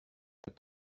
but